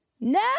No